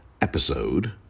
episode